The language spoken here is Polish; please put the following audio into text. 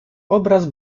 obraz